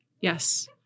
Yes